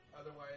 Otherwise